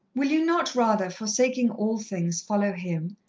will you not rather, forsaking all things, follow him,